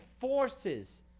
forces